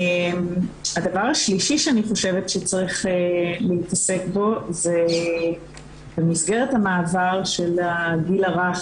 הדבר השלישי שאני חושבת שצריך להתעסק בו זה במסגרת המעבר של הגיל הרך